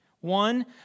One